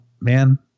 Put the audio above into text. Man